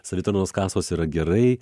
savitarnos kasos yra gerai